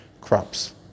crops